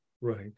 Right